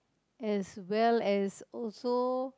as well as also